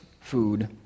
food